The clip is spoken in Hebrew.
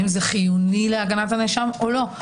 האם זה חיוני להגנת הנאשם או לא.